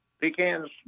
pecans